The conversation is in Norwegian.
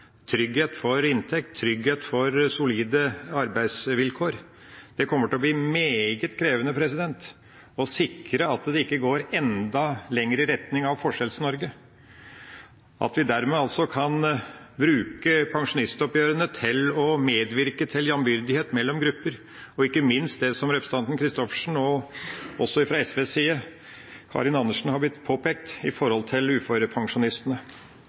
trygghet for inntekt, trygghet for solide arbeidsvilkår. Det kommer til å bli meget krevende å sikre at det ikke går enda lenger i retning av Forskjells-Norge, at en dermed kan bruke pensjonsoppgjørene til å medvirke til jambyrdighet mellom grupper – og ikke minst det som representanten Christoffersen, og også representanten Karin Andersen fra SV, har påpekt når det gjelder uførepensjonistene.